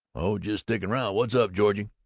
oh, just stickin' round. what's up, georgie?